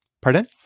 Pardon